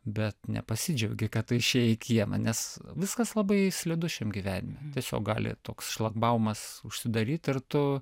bet nepasidžiaugi kad tu išėjai į kiemą nes viskas labai slidu šiam gyvenime tiesiog gali toks šlagbaumas užsidaryt ir tu